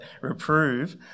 reprove